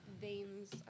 veins